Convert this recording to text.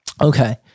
okay